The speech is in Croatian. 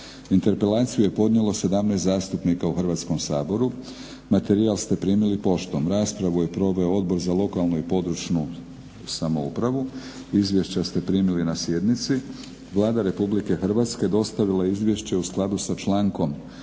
Interpelaciju je podnijelo 17 zastupnika u Hrvatskom saboru. Materijal ste primili poštom. Raspravu je proveo Odbor za lokalnu i područnu samoupravu. Izvješća ste primili na sjednici. Vlada RH dostavila je izvješće u skladu sa člankom 192.